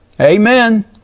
Amen